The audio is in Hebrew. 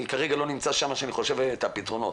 אני כרגע לא נמצא שם כדי לחשוב על הפתרונות